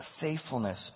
Faithfulness